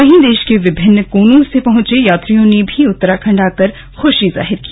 वहीं देश के विभिन्न कोनों से पहुँचे यात्रियों ने उत्तराखंड आकर खुशी जाहिर की